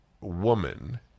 woman